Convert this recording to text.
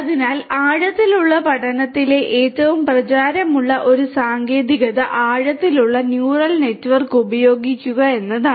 അതിനാൽ ആഴത്തിലുള്ള പഠനത്തിലെ ഏറ്റവും പ്രചാരമുള്ള ഒരു സാങ്കേതികത ആഴത്തിലുള്ള ന്യൂറൽ നെറ്റ്വർക്ക് ഉപയോഗിക്കുക എന്നതാണ്